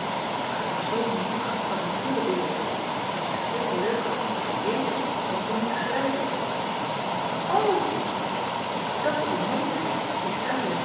aar kun je toch zoo n macht avonturen beleven ean ebster adertje angbeen en het is veel leuker boeken te lezen dan ze te moeten schrijven at was een noodkreet die allie en